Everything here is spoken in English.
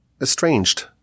estranged